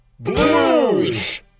BLUES